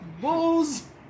Bulls